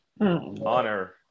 Honor